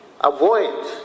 avoid